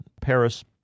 Paris